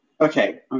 okay